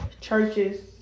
Churches